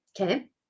Okay